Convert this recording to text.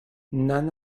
none